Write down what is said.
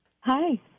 Hi